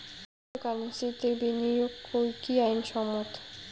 ক্রিপ্টোকারেন্সিতে বিনিয়োগ কি আইন সম্মত?